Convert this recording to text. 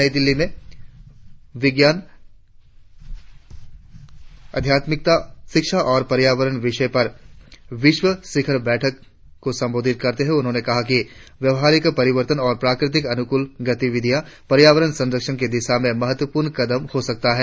नई दिल्ली में विज्ञान आध्यात्मिकता शिक्षा और पर्यावरण विषय पर वैश्विक शिखर बैठक को संबोधित करते हुए उन्होंने कहा कि व्यवहारिक परिवर्तन और प्रकृति अनुकूल गतिविधियां पर्यावरण संरक्षण की दिशा में महत्वपूर्ण कदम हो सकते हैं